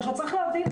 כאשר צריך להבין,